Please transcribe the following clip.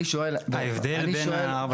ההבדל בין ה-4 ל-7?